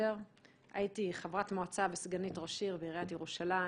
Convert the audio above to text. הייתי חברת מועצה וסגנית ראש עיר בעיריית ירושלים.